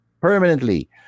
permanently